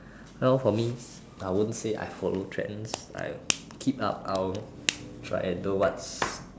no for me I won't say I follow trends I keep up I will try and do what's